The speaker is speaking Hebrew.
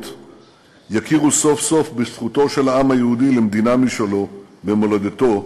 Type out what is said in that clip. יכירו סוף-סוף בזכותו של העם היהודי למדינה משלו במולדתו,